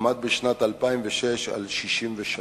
עמד בשנת 2006 על 63,